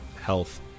health